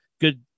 Good